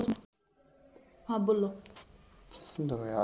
Debit card के बारे में हमें विस्तार से बताएं यह क्या काम आता है?